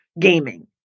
gaming